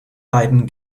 beiden